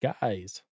guys